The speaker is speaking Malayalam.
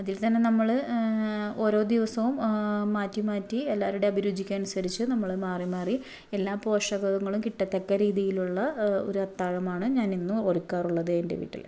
നമ്മൾ ഓരോ ദിവസവും മാറ്റി മാറ്റി എല്ലാവരുടെയും അഭിരുചിക്കനുസരിച്ച് നമ്മൾ മാറി മാറി എല്ലാ പോഷകകങ്ങളും കിട്ടത്തക്ക രീതിയിലുള്ള ഒരു അത്താഴമാണ് ഞാൻ എന്നും ഒരുക്കാറുള്ളത് എന്റെ വീട്ടിൽ